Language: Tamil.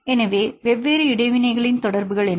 எனவே வெவ்வேறு இடைவினைகள் தொடர்புகள் என்ன